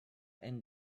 and